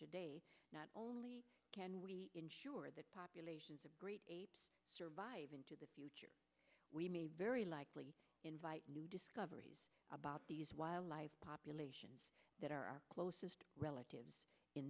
today not only can we ensure that populations of great survive into the future we may very likely invite new discoveries about these wildlife populations that are our closest relatives